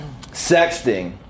sexting